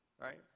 right